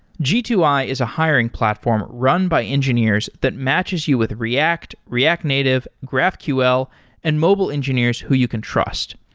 g two i is a hiring platform run by engineers that matches you with react, react native, graphql and mobile engineers who you can trust.